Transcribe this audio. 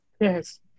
yes